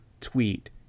tweet